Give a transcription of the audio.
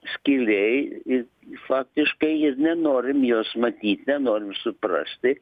skylėj ir faktiškai ir nenorim jos matyt nenorim suprasti